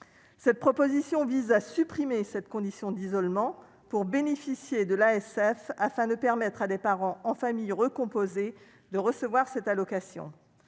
cette proposition vise à supprimer cette condition d'isolement pour bénéficier de l'ASF, afin de permettre à des parents en famille recomposée de recevoir cette allocation,